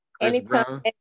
Anytime